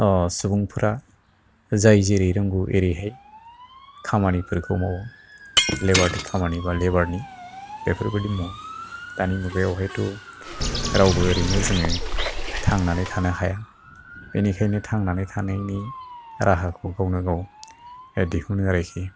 सुबुंफ्रा जाय जेरै रोंगौ एरैहाय खामानिफोरखौ मावो लेबरनि खामानिबा लेबरनि बेफोरबायदि मावो दानि मुगायावथ' रावबो एरैनो जोङो थांनानै थानो हाया बेनिखायनो थांनानै थानायनि राहाखौ गावनो गाव दिहुनो आरोखि